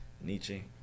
Nietzsche